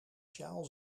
sjaal